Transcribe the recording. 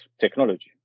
technology